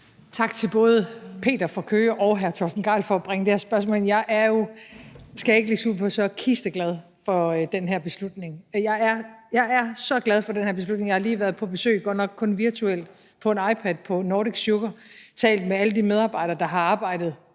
Peter fra Køge og hr. Torsten Gejl for at bringe det her spørgsmål herind. Jeg skal ikke lægge skjul på, at jeg jo er så kisteglad for den her beslutning. Jeg er så glad for den her beslutning. Jeg har lige været på besøg – godt nok kun virtuelt på en iPad – på Nordic Sugar og talt med alle de medarbejdere, der har arbejdet